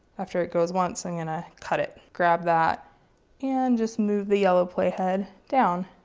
after it goes once, i'm going to cut it. grab that and just move the yellow. playhead. down.